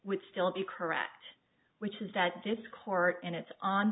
would still be correct which is that this court and its on